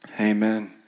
Amen